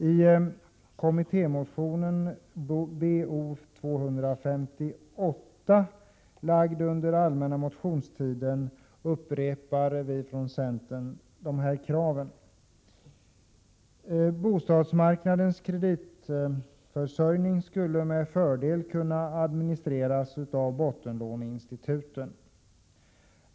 I kommittémotionen Bo258 väckt under allmänna motionstiden upprepar vi från centern dessa krav. Bostadsmarknadens kreditförsörjning skulle med fördel kunna administreras av bottenlåneinstituten.